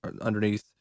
underneath